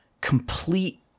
complete